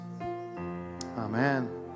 Amen